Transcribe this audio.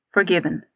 Forgiven